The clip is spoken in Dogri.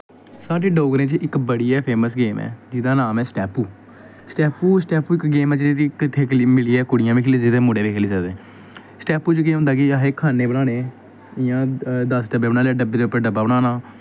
साढ़े डोगरी च इक बड़ी गै फेमस गेम ऐ जेह्दा नाम ऐ स्टैपू स्टैपू स्टैपू इक गेम ऐ जेह्दे च कट्ठे मिलियै कुड़ियां बी खेली सकदियां ते मुड़े बी खेली सकदे स्टैपू च केह् होंदा कि असें खान्ने बनाने इ'यां दस डब्बे बनाने डब्बे दे उप्पर डब्बा बनाना